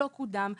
לא קודם,